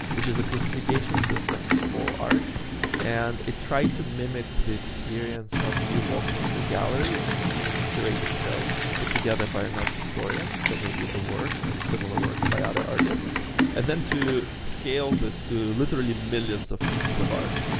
which is a classification system for art and it tried to mimic the experience of you walking into a gallery and seeing curated show put together by an art historian, so maybe a work and similar works by other artists, and then to scale this to literally millions of pieces of art.